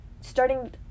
starting